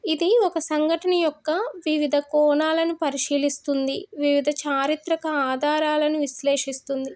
ఇది ఒక సంఘటన యొక్క వివిధ కోణాలను పరిశీలిస్తుంది వివిధ చారిత్రక ఆధారాలను విశ్లేషిస్తుంది